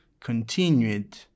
continued